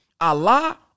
Allah